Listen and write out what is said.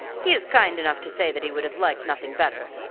he is kind enough to say that he would have liked nothing better,